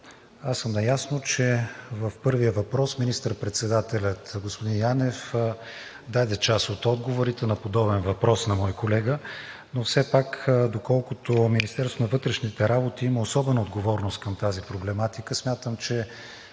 Аз съм наясно, че в първия въпрос министър-председателят господин Янев даде част от отговорите на подобен въпрос на мой колега, но все пак, доколкото Министерството на вътрешните работи има особена отговорност към тази проблематика, смятам, че